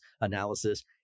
analysis